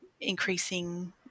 increasing